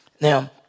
now